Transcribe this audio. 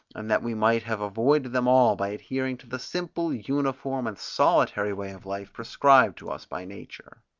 and that we might have avoided them all by adhering to the simple, uniform and solitary way of life prescribed to us by nature.